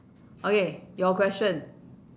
okay your question